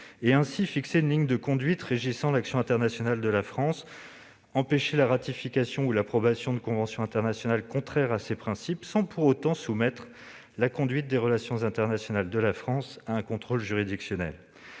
biens », fixer une ligne de conduite régissant l'action internationale de la France ? Il empêcherait la ratification ou l'approbation de conventions internationales contraires à ces principes sans, pour autant, soumettre la conduite des relations internationales de la France à un contrôle juridictionnel.